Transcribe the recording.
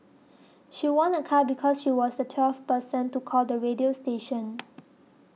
she won a car because she was the twelfth person to call the radio station